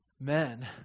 men